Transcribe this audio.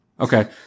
Okay